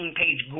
page